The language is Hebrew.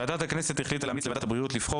ועדת הכנסת החליטה להמליץ לוועדת הבריאות לבחור